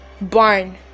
barn